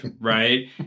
right